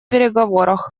переговорах